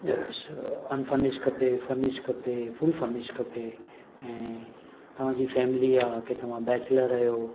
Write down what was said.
unfurnished खपे furnished खपे full furnished खपे ऐं तव्हांजी फैमिली आहे की तव्हां बैचलर आहियो